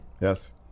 Yes